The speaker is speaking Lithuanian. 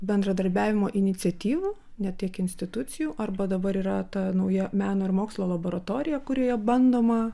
bendradarbiavimo iniciatyvų ne tiek institucijų arba dabar yra ta nauja meno ir mokslo laboratorija kurioje bandoma